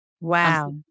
wow